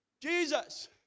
Jesus